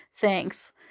thanks